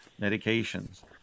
medications